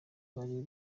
bari